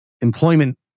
employment